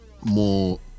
more